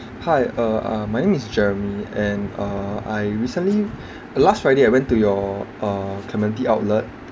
hi uh uh my name is jeremy and uh I recently last friday I went to your uh clementi outlet